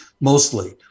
mostly